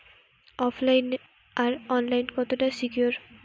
ওফ line আর online কতটা secure?